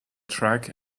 track